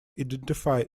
identify